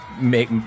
make